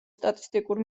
სტატისტიკურ